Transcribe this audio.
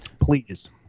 Please